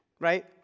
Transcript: right